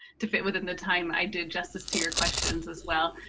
to fit within the time, i did justice to your questions as well.